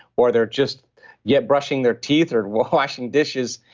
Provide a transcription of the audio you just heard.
or they're just yet brushing their teeth or washing dishes.